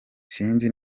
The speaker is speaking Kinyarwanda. sinzi